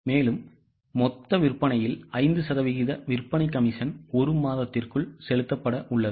எனவே மொத்த விற்பனையில் 5 சதவீத விற்பனை கமிஷன் ஒரு மாதத்திற்குள் செலுத்தப்பட உள்ளது